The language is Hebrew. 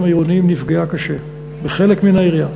העירוניים נפגעו קשה בחלק מן העיריות.